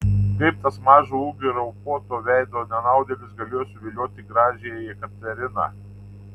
kaip tas mažo ūgio ir raupuoto veido nenaudėlis galėjo suvilioti gražiąją jekateriną